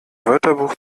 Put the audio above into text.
wörterbuch